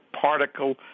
particle